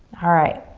alright,